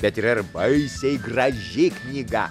bet yra ir baisiai graži knyga